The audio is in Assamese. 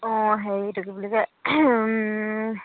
অঁ হেৰিটো কি বুলি কয়